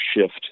shift